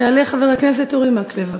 יעלה חבר הכנסת אורי מקלב.